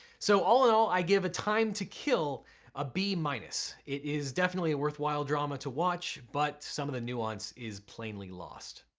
so all in all, i give a time to kill a b minus. it is definitely a worthwhile drama to watch but some of the nuance is plainly lost.